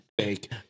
Fake